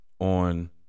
on